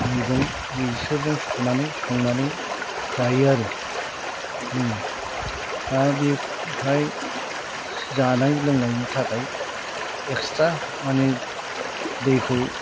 मैगं बेसोरजों सुनानै संनानै जायो आरो जोङो दा बेनिफ्राय जानाय लोंनायनि थाखाय एक्सट्रा माने दैखौ